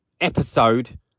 episode